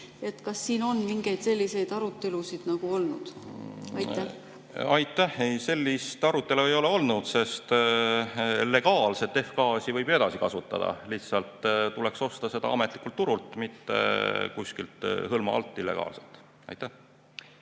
Kas siin on mingeid selliseid arutelusid olnud? Aitäh! Ei, sellist arutelu ei ole olnud, sest legaalset F-gaasi võib ju edasi kasutada, lihtsalt tuleks osta seda ametlikult turult, mitte kuskilt hõlma alt, illegaalselt. Aitäh!